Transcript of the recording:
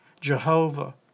Jehovah